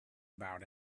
about